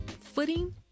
footing